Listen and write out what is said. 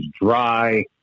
dry